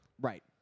right